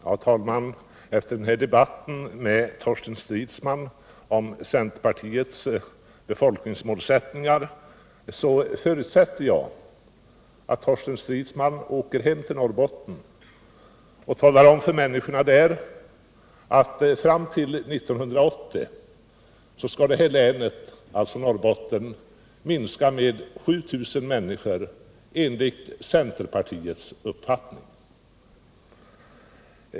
Herr talman! Efter den här debatten med Torsten Stridsman om centerpartiets befolkningsmålsättningar förutsätter jag att Torsten Stridsman åker hem till Norrbotten och talar om för människorna där att Norrbottens befolkning enligt centerpartiets uppfattning skall minska med 7 000 människor fram till 1980.